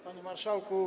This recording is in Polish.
Panie Marszałku!